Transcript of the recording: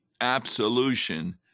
absolution